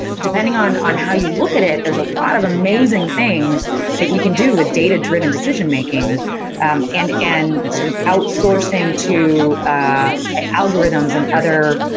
depending on on how you look at it, there's a lot of amazing things that we can do with data-driven decision making um and and sort of outsourcing to ah ah algorithms and other,